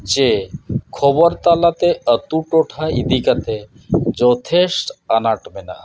ᱡᱮ ᱠᱷᱚᱵᱚᱨ ᱛᱟᱞᱟᱛᱮ ᱟᱹᱛᱩ ᱴᱚᱴᱷᱟ ᱤᱫᱤ ᱠᱟᱛᱮᱫ ᱡᱚᱛᱷᱮᱥᱴᱚ ᱟᱱᱟᱴ ᱢᱮᱱᱟᱜᱼᱟ